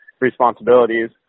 responsibilities